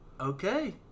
okay